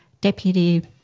Deputy